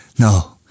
No